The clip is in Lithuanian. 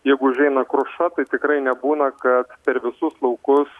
jeigu užeina kruša tai tikrai nebūna kad per visus laukus